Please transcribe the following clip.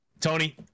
Tony